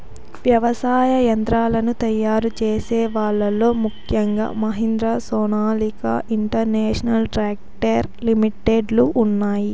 వ్యవసాయ యంత్రాలను తయారు చేసే వాళ్ళ లో ముఖ్యంగా Mahindra, Sonalika international tractor limited లు ఉన్నాయి